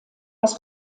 das